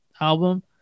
album